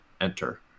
enter